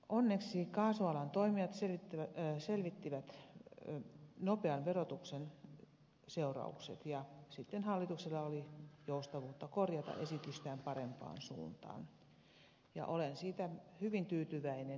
onneksi kaasualan toimijat selvittivät nopean verotuksen seuraukset ja sitten hallituksella oli joustavuutta korjata esitystään parempaan suuntaan ja olen siitä hyvin tyytyväinen ja kiitän siitä